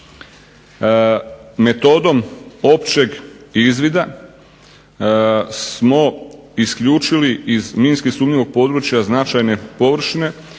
Metodom općeg izvida smo isključili iz minski sumnjivog područja značajne površine